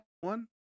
one